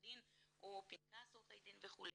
דין או לערוך פנקס עורכי דין וכולי.